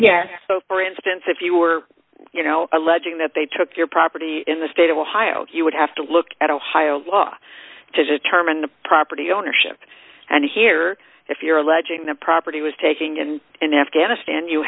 right so for instance if you were you know alleging that they took your property in the state of ohio you would have to look at ohio law to determine the property ownership and here if you're alleging the property was taking and in afghanistan you